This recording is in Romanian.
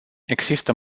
există